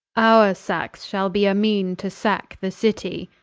our sacks shall be a meane to sack the city,